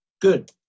Good